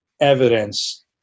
evidence